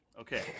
Okay